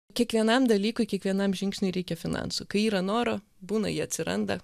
kiekvienam dalykui kiekvienam žingsniui reikia finansų kai yra noro būna jie atsiranda